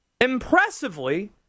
impressively